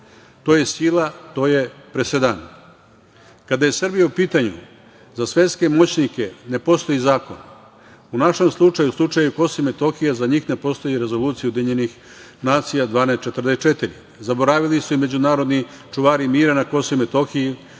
To je sila, to je presedan. Kada je Srbija u pitanju, za svetske moćnike ne postoji zakon. U našem slučaju, u slučaju Kosova i Metohije, za njih ne postoji Rezolucija UN 1244. Zaboravili su je međunarodni čuvari mira na Kosova i Metohiji